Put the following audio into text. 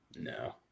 No